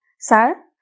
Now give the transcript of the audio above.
Sir